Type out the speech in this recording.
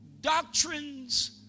Doctrines